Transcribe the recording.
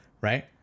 right